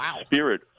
spirit